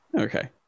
Okay